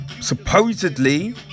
Supposedly